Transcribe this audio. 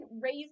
raise